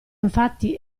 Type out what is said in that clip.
infatti